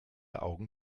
augen